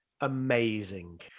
amazing